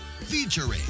Featuring